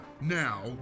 now